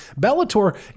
Bellator